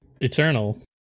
eternal